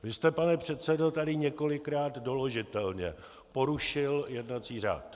Vy jste, pane předsedo, tady několikrát doložitelně porušil jednací řád.